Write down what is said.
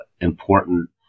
important